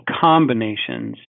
combinations